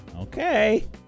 Okay